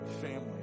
family